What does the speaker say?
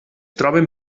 troben